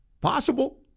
possible